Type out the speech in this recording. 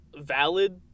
valid